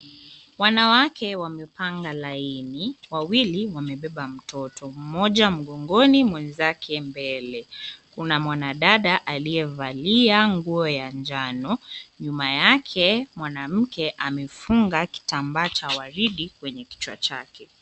Wanawake wamepanga laini wawili wamebeba mtoto, mmoja mgongoni mwenzake mbele. Kuna mwanadada aliyevalia nguo ya njano. Nyuma yake mwanamke amefunga kitambaa cha waridi kwenye kichwa chake.